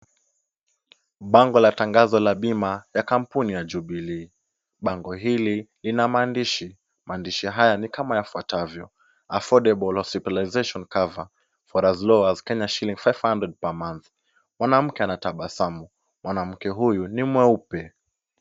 Bango la tangazo la bima ya kampuni ya Jubilee. Bango hili lina maandishi. Maandishi hayo ni kama yafuatavyo; affordable hospitalization cover for as low as ksh 500 per month . Mwanamke anatabasamu, mwanamke huyu ni mweupe.